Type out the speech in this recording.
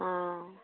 অঁ